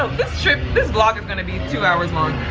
this trip, this vlog is gonna be two hours long.